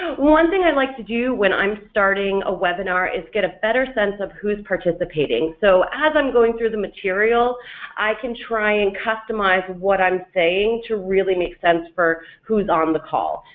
one thing i like to do when i'm starting a webinar is get a better sense of who's participating so as i'm going through the material i can try and customize what i'm saying to really make sense for who's on the call.